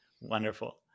Wonderful